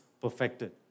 perfected